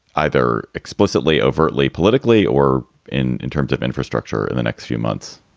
either explicitly, overtly, politically or in in terms of infrastructure in the next few months?